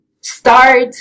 start